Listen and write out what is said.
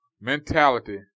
mentality